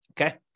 Okay